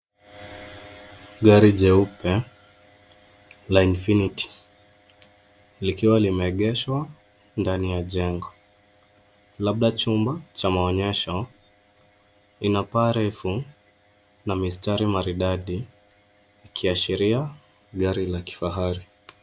Gari jeupe, la infinity likiwa limeegeshwa, ndani ya jengo, labda chumba cha maonyesho, ina paa refu, na mistari maridadi, ikiashiria, gari la kifahari.